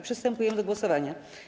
Przystępujemy do głosowania.